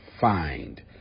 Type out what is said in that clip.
find